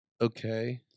Okay